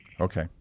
Okay